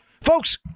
folks